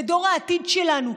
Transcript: לדור העתיד שלנו,